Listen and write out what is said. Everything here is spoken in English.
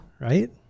Right